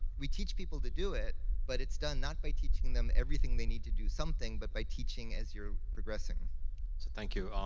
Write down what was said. we teach people to do it, but it's done not by teaching them everything they need to do something, but by teaching as you're progressing. so thank you.